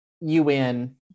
UN